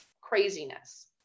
craziness